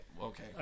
okay